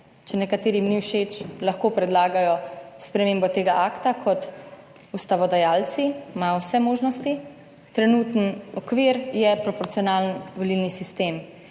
Če nekaterim ni všeč lahko predlagajo spremembo tega akta kot ustavodajalci, imajo vse možnosti. Trenutni okvir je proporcionalni volilni sistem